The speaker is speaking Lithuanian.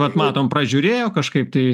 vat matom pražiūrėjo kažkaip tai